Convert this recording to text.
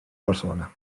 barcelona